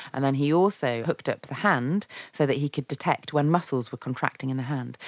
and then he also hooked up the hand so that he could detect when muscles were contracting in the hand.